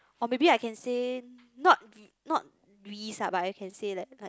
oh maybe I can say not not risk lah but I can say like like